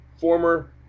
former